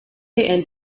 and